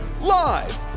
Live